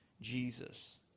Jesus